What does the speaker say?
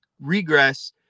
regress